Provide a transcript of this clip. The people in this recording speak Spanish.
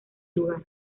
lugar